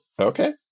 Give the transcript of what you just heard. okay